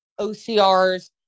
OCRs